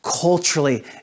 culturally